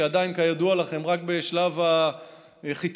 שכידוע לכם עדיין רק בשלב החיתולים,